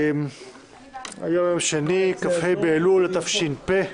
היום יום שני כ"ה באלול התש"ף,